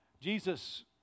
Jesus